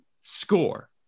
score